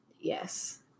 Yes